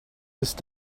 ist